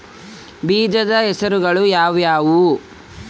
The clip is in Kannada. ಬೇಜದ ಹೆಸರುಗಳು ಯಾವ್ಯಾವು?